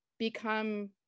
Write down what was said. become